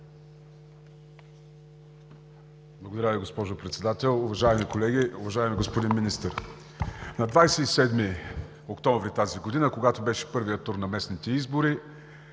Благодаря Ви, госпожо Председател. Уважаеми колеги, уважаеми господин Министър! На 27 октомври тази година, когато беше първият тур на местните избори